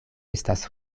estas